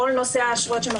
כל הנושא הזה.